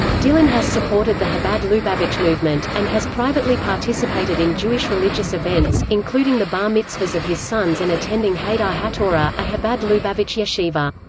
dylan has supported the chabad lubavitch movement, and has privately participated in jewish religious events, including the bar mitzvahs of his sons and attending hadar hatorah, a chabad lubavitch yeshiva.